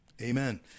Amen